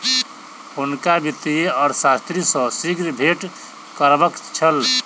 हुनका वित्तीय अर्थशास्त्री सॅ शीघ्र भेंट करबाक छल